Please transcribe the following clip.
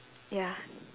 ya